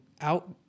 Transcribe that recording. out